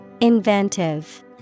Inventive